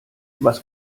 was